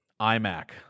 iMac